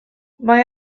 mae